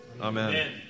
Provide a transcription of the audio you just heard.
Amen